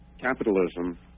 capitalism